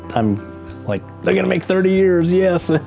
i'm like, they're gonna make thirty years. yes.